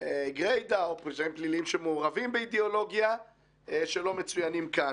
גרידא או פשעים פליליים שמעורבים באידיאולוגיה שלא מצוינים כאן?